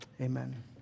Amen